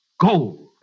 Gold